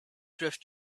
drift